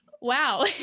wow